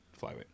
flyweight